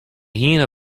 hiene